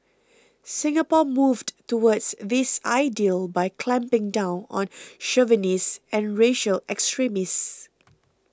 Singapore moved towards this ideal by clamping down on chauvinists and racial extremists